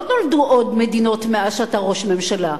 לא מדובר על עוד מדינות מאז אתה ראש ממשלה.